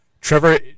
Trevor